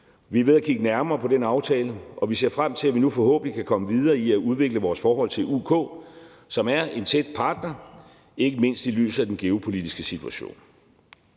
Vi er ved at kigge nærmere på den aftale, og vi ser frem til, at vi nu forhåbentlig kan komme videre i at udvikle vores forhold til UK, som er en tæt partner, ikke mindst i lyset af den geopolitiske situation.